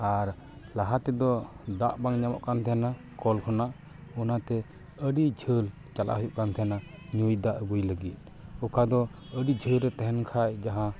ᱟᱨ ᱞᱟᱦᱟ ᱛᱮᱫᱚ ᱫᱟᱜ ᱵᱟᱝ ᱧᱟᱢᱚᱜ ᱠᱟᱱ ᱛᱟᱦᱮᱸᱱᱟ ᱠᱚᱞ ᱠᱷᱚᱱᱟᱜ ᱚᱱᱟ ᱛᱮ ᱟᱹᱰᱤ ᱡᱷᱟᱹᱞ ᱪᱟᱞᱟᱜ ᱦᱩᱭᱩᱜ ᱠᱟᱱ ᱛᱟᱦᱮᱸᱱᱟ ᱧᱩᱭ ᱫᱟᱜ ᱟᱹᱜᱩᱭ ᱞᱟᱹᱜᱤᱫ ᱚᱠᱟ ᱫᱚ ᱟᱹᱰᱤ ᱡᱷᱟᱹᱞ ᱨᱮ ᱛᱟᱦᱮᱸᱱ ᱠᱷᱟᱡ ᱡᱟᱦᱟᱸ